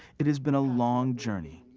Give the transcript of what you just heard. it has been a long journey.